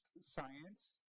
science